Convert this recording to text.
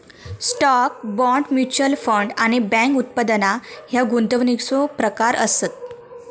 stock, bond, mutual fund आणि bank उत्पादना ह्या गुंतवणुकीचो प्रकार आसत